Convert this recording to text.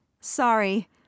Sorry